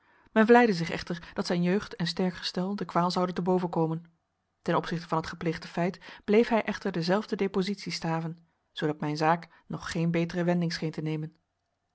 men vleide zich echter dat zijn jeugd en sterk gestel de kwaal zouden te boven komen ten opzichte van het gepleegde feit bleef hij echter dezelfde depositie staven zoodat mijn zaak nog geen betere wending scheen te nemen